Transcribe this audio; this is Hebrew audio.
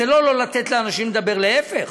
זה לא לא לתת לאנשים לדבר, להפך.